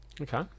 Okay